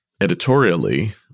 editorially